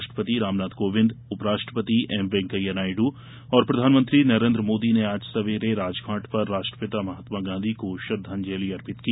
राष्ट्रपति रामनाथ कोविंद उपराष्ट्रपति एम वेंकैया नायडू और प्रधानमंत्री नरेन्द्र मोदी ने आज सवेरे राजघाट पर राष्ट्रपिता महात्मा गांधी को श्रद्वाजंलि अर्पित की